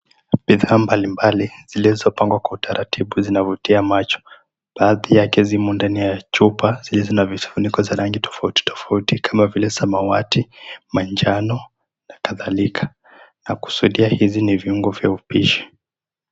Bidhaa mbalimbali zilizopangwa kwa utaratibu zinavutia macho, baadhi yake zimo ndani ya chupa zenye zina vifuniko vya rangi tofauti tofauti kama vile samawati, manjano na kadhalika. Bidhaa hizi ni viuongo za upishi.